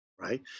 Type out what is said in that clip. right